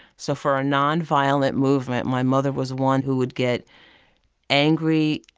so for a nonviolent movement, my mother was one who would get angry,